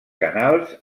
canals